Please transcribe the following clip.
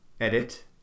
Edit